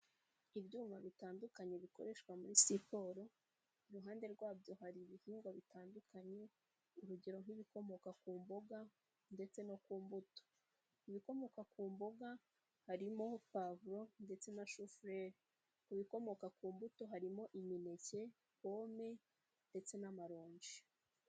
Ibyuma bitandukanye bikoreshwa muri siporo, iruhande rwabyo hari ibihingwa bitandukanye urugero nk'ibikomoka ku mboga ndetse no ku mbuto. Ibikomoka ku mboga harimo pavuro ndetse na shufurere, ibikomoka ku mbuto harimo imineke, pome ndetse n'amaronji.